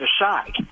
aside